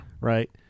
Right